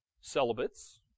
celibates